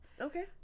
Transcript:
Okay